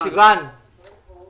סיון ממשרד החקלאות.